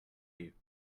you